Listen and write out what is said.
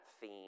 theme